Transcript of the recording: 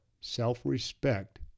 self-respect